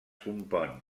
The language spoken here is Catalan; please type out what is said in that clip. compon